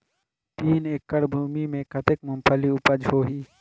तीन एकड़ भूमि मे कतेक मुंगफली उपज होही?